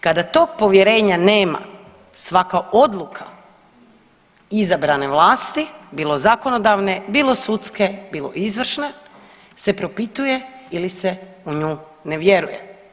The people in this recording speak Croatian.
Kada tog povjerenja nema svaka odluka izabrane vlasti bilo zakonodavne, bilo sudske, bilo izvršne se propituje ili se u nju ne vjeruje.